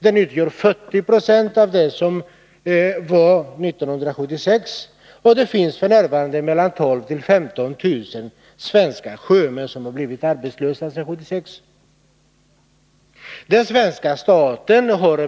Det återstår i dag 40 26 av vad som fanns 1976, och det finns f. n. mellan 12000 och 15 000 svenska sjömän som har blivit arbetslösa sedan 1976.